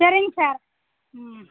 சரிங்க சார் ம்